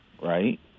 right